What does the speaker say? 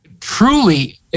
truly